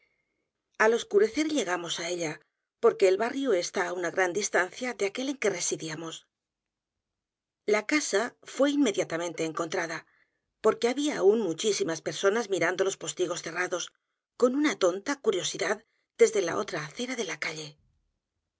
al oscurecer llegamos á ella porque el barrio está á una gran distancia de aquel en que residíamos la casa fué inmediatamente encontrada porque había aún muchísimas personas mirando los postigos cerrados con una tonta curiosidad desde la otra acera de la calle